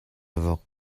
vok